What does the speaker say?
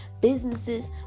businesses